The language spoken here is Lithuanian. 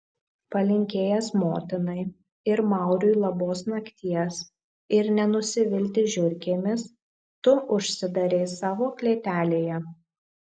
palinkėjęs motinai ir mauriui labos nakties ir nenusivilti žiurkėmis tu užsidarei savo klėtelėje